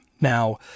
now